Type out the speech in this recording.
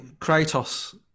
Kratos